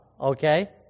okay